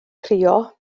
crio